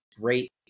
great